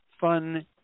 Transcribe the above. fun